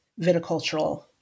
viticultural